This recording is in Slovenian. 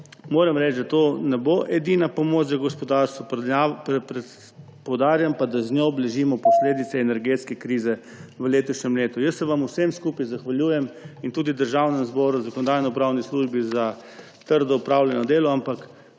Moram reči, da to ne bo edina pomoč za gospodarstvo, poudarjam pa, da z njo blažimo posledice energetske krize v letošnjem letu. Jaz se vam vsem skupaj zahvaljujem in tudi Državnemu zboru, Zakonodajno-pravni službi za